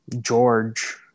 George